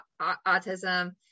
autism